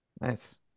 Nice